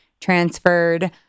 transferred